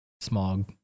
smog